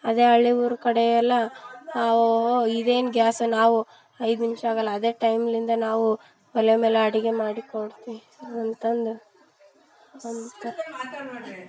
ಅದೆ ಹಳ್ಳಿ ಊರು ಕಡೆಯೆಲ್ಲ ಓ ಇದೇನು ಗ್ಯಾಸ್ ನಾವು ಐದು ನಿಮಿಷ ಆಗೋಲ್ಲ ಅದೇ ಟೈಮ್ನಿಂದ ನಾವು ಒಲೆ ಮೇಲೆ ಅಡಿಗೆ ಮಾಡಿ ಕೊಡ್ತೀವಿ ಅಂತಂದು ಅಂತ